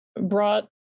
brought